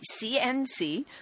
CNC